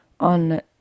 On